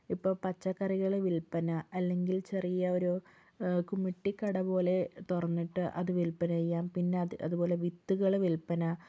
ഇപ്പോൾ പച്ചക്കറികൾ വിൽപ്പന അല്ലെങ്കിൽ ചെറിയ ഒരു കുമ്മിട്ടി കട പോലെ തുറന്നിട്ട് അത് വില്പന ചെയ്യാം പിന്നത് അതുപോലെ വിത്തുകൾ വിൽപ്പന